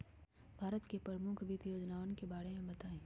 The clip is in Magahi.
भारत के प्रमुख वित्त योजनावन के बारे में बताहीं